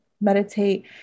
meditate